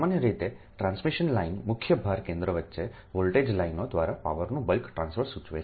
સામાન્ય રીતે transmission line મુખ્ય ભાર કેન્દ્રો વચ્ચે વોલ્ટેજ લાઇનો દ્વારા પાવરનું બલ્ક ટ્રાન્સફર સૂચવે છે